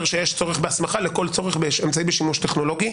לכל צורך באמצעי בשימוש טכנולוגי.